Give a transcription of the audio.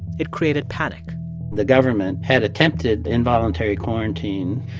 it created panic the government had attempted involuntary quarantine,